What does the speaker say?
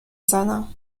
زنم